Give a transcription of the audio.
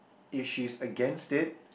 if she's against it